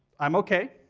i'm ok,